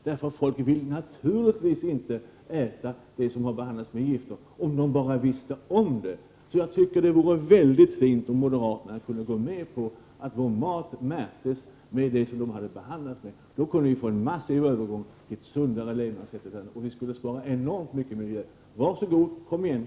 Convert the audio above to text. Människor vill naturligtvis inte äta sådant som behandlats med gifter — om de bara vet om det. Det vore mycket bra om moderaterna kunde gå med på att vår mat märks med uppgifter om de medel man behandlat den med. Vi skulle då få en massiv övergång till sundare produkter, och vi skulle spara miljön. Var så god, kom igen med ett svar!